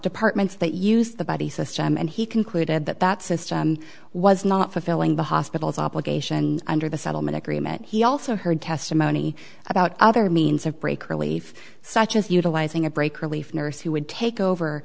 departments that use the buddy system and he concluded that that system was not fulfilling the hospital's obligation under the settlement agreement he also heard testimony about other means of break relief such as utilizing a break relief nurse who would take over